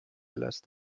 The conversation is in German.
lässt